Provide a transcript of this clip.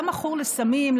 אדם מכור לסמים,